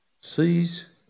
sees